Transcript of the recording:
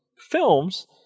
films